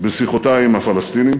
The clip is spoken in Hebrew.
בשיחותי עם הפלסטינים